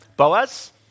Boaz